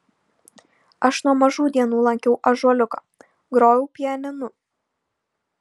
aš nuo mažų dienų lankiau ąžuoliuką grojau pianinu